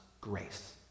grace